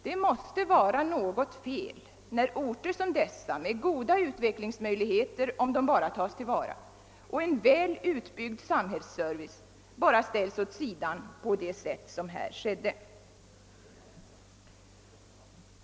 Det måste vara något fel när orter som dessa med goda utvecklingsmöjligheter — om de tas till vara — och en väl utbyggd samhällsservice bara ställs åt sidan på det sätt som skedde.